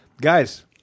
guys